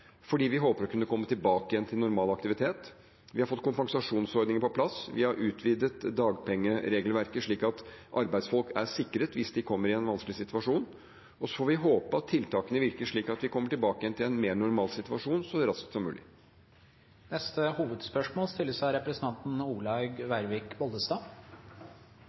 fordi vi håper å kunne komme tilbake til normal aktivitet. Vi har fått kompensasjonsordninger på plass, vi har utvidet dagpengeregelverket slik at arbeidsfolk er sikret hvis de kommer i en vanskelig situasjon. Og så får vi håpe at tiltakene virker, slik at vi kommer tilbake til en mer normal situasjon så raskt som mulig. Vi går videre til neste hovedspørsmål.